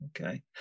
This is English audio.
Okay